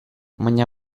baina